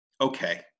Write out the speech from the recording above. Okay